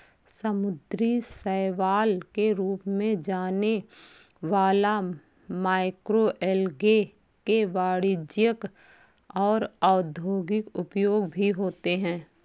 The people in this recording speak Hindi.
समुद्री शैवाल के रूप में जाने वाला मैक्रोएल्गे के वाणिज्यिक और औद्योगिक उपयोग भी होते हैं